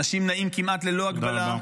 אנשים נעים כמעט ללא הגבלה,